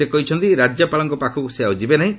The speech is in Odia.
ସେ କହିଛନ୍ତି ରାଜ୍ୟପାଳଙ୍କ ପାଖକୁ ସେ ଆଉ ଯିବେ ନାହିଁ